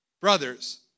brothers